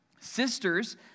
Sisters